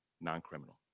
non-criminal